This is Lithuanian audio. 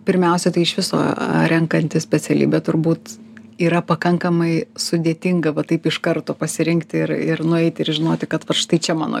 pirmiausia tai iš viso renkantis specialybę turbūt yra pakankamai sudėtinga va taip iš karto pasirinkti ir ir nueiti ir žinoti kad vat štai čia mano